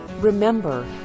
Remember